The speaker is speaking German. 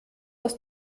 aus